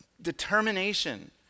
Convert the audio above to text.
determination